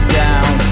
down